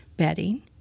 bedding